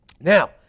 Now